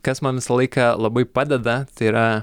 kas man visą laiką labai padeda tai yra